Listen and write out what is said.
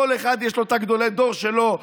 לכל אחד יש גדולי הדור שלו.